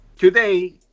Today